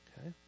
Okay